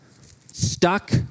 Stuck